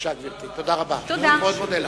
אני מאוד מודה לך.